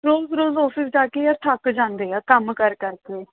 ਰੋਜ਼ ਰੋਜ਼ ਔਫਿਸ ਜਾ ਕੇ ਯਾਰ ਥੱਕ ਜਾਂਦੀ ਆ ਕੰਮ ਕਰ ਕਰ ਕੇ